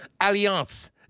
Alliance